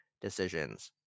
decisions